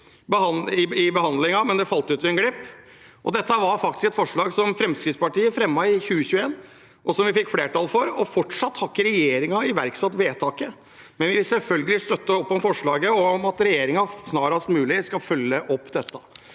i behandlingen, men det falt ut ved en glipp. Dette var faktisk et forslag Fremskrittspartiet fremmet i 2021 og fikk flertall for. Regjeringen har fortsatt ikke iverksatt vedtaket, men vi vil selvfølgelig støtte opp om forslaget om at regjeringen snarest mulig skal følge opp dette.